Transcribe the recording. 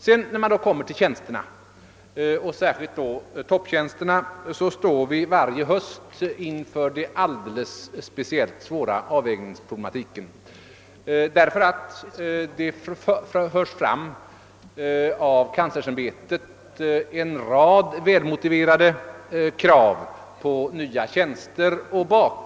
Vad sedan beträffar tjänsterna, särskilt topptjänsterna, står vi varje höst inför en alldeles speciellt svår avvägningsproblematik, eftersom det av kanslersämbetet förs fram en rad välmotiverade krav på nya tjänster.